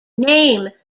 name